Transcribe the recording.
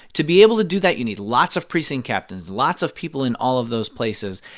to be able to do that, you need lots of precinct captains, lots of people in all of those places.